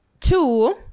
two